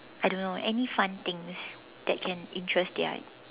I don't know any fun things that can interest their